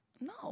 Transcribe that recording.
No